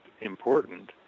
important